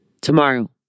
Tomorrow